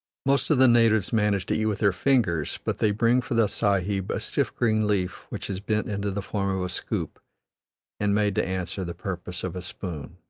most of the natives manage to eat with their fingers, but they bring for the sahib a stiff green leaf which is bent into the form of a scoop and made to answer the purpose of a spoon.